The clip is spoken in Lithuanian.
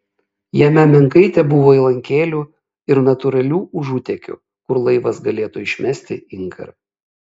jame menkai tebuvo įlankėlių ir natūralių užutėkių kur laivas galėtų išmesti inkarą